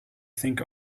think